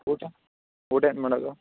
ಊಟ ಊಟ ಏನು ಮಾಡೋದು